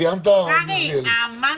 סיימת, הרב מלכיאלי?